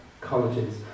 colleges